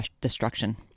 destruction